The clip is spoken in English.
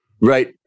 Right